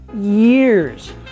years